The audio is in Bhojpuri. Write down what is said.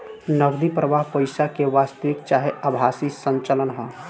नगदी प्रवाह पईसा के वास्तविक चाहे आभासी संचलन ह